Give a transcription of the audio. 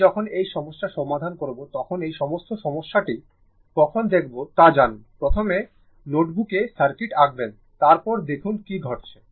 আমি যখন এই সমস্যার সমাধান করব তখন এই সমস্ত সমস্যা টি কখন দেখব তা জানুন প্রথমে নোটবুকে সার্কিট আঁকবেন তার পরে দেখুন কী ঘটছে